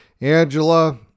angela